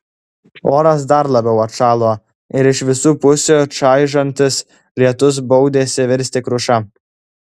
oras dar labiau atšalo ir iš visų pusių čaižantis lietus baudėsi virsti kruša